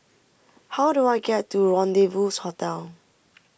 how do I get to Rendezvous Hotel